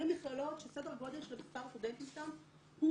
אלה מכללות שסדר גודל של מספר הסטודנטים שם הוא